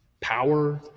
power